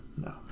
no